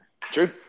True